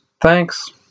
Thanks